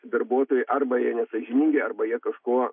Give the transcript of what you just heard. darbuotojai arba jie nesąžiningi arba jie kažko